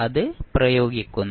അത് പ്രയോഗിക്കുന്നു